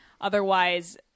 Otherwise